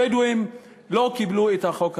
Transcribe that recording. הבדואים לא קיבלו את החוק הזה.